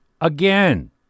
Again